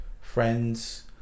friends